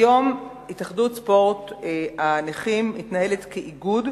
כיום התאחדות ספורט הנכים מתנהלת כאיגוד,